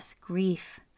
grief